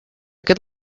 good